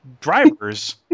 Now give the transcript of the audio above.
drivers